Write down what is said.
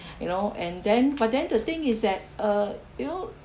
you know and then but then the thing is that uh you know